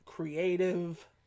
creative